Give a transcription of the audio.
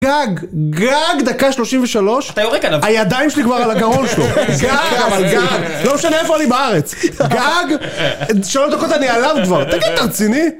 גג, גג, דקה שלושים ושלוש, הידיים שלי כבר על הגרון שלו, גג אבל גג, לא משנה איפה אני בארץ, גג, שלוש דקות אני עליו כבר, תגיד ת'רציני?